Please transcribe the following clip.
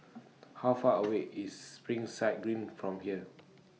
How Far away IS Springside Green from here